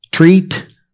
Treat